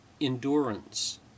endurance